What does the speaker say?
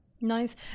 Nice